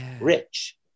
rich